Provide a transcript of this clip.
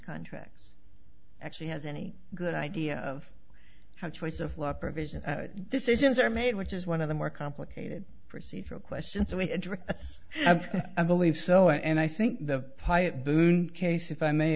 contracts actually has any good idea of how choice of law provision this isn't are made which is one of the more complicated procedural questions so we have i believe so and i think the case if i may